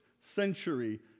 century